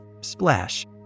splash